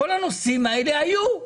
כל הנושאים האלה היו.